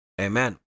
amen